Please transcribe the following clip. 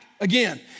again